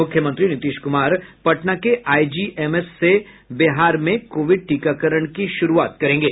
मूख्यमंत्री नीतीश कुमार पटना के आईजीएमएस से बिहार में कोविड टीकाकरण की शुरूआत करेंगे